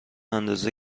اندازه